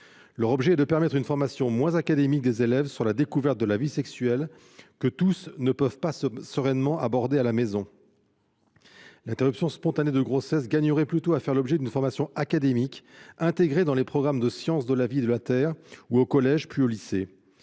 de former les élèves, dans une approche moins académique, à la découverte de la vie sexuelle, que tous ne peuvent pas sereinement aborder à la maison. L'interruption spontanée de grossesse gagnerait plutôt à faire l'objet d'une formation académique, intégrée dans les programmes de sciences de la vie et de la terre au collège, puis au lycée.